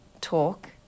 talk